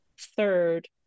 third